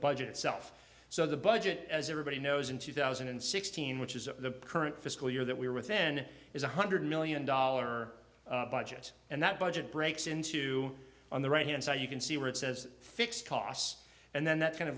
budget itself so the budget as everybody knows in two thousand and sixteen which is the current fiscal year that we are with then is one hundred million dollar budget and that budget breaks into on the right hand so you can see where it says fixed costs and then that kind of